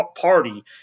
Party